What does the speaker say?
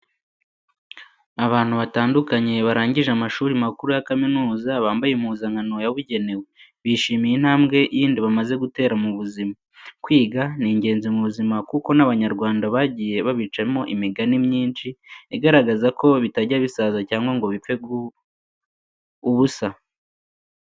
Abantu batandukanye barangije amashuri makuru ya kaminuza bambaye impuzankano yabugenewe, bishimiye intambwe yindi bamaze gutera mu buzima. Kwiga ni ingenzi mu buzima kuko n'Abanyarwanda bagiye babicamo imigani myinshi igaragaza ko bitajya bisaza cyangwa ngo bipfe ubusa.